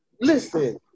Listen